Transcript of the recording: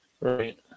Right